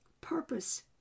purpose